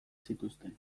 zituzten